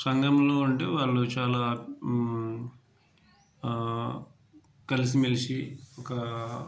సంఘములో అంటే వాళ్ళు చాలా కలిసి మెలిసి ఒకా